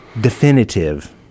definitive